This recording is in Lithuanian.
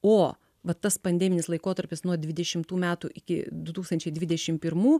o vat tas pandeminis laikotarpis nuo dvidešimtų metų iki du tūkstančiai dvidešim pirmų